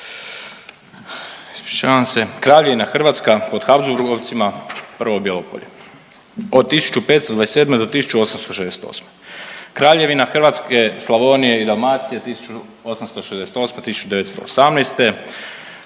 ispričavam se Kraljevina Hrvatska pod Habsburgovcima prvo bijelo polje od 1527. do 1868. Kraljevina Hrvatske, Slavonije i Dalmacije 1868.-1918.,